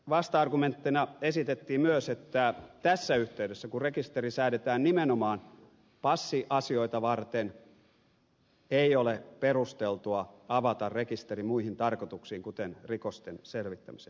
vasta argumenttina esitettiin myös että tässä yhteydessä kun rekisteri säädetään nimenomaan passiasioita varten ei ole perusteltua avata rekisteri muihin tarkoituksiin kuten rikosten selvittämiseen